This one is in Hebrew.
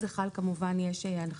יש לי שתי